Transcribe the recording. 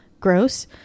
gross